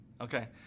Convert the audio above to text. Okay